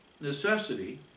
necessity